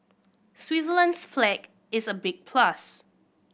Switzerland's flag is a big plus